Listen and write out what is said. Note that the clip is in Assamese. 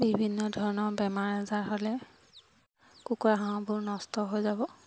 বিভিন্ন ধৰণৰ বেমাৰ আজাৰ হ'লে কুকুৰা হাঁহবোৰ নষ্ট হৈ যাব